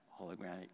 hologram